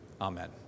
Amen